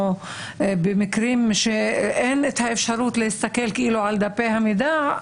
או במקרים שאין האפשרות להסתכל על דפי המידע,